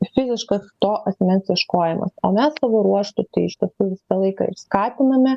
fiziškas to asmens ieškojimas o mes savo ruožtu iš tiesų visą laiką ir skatiname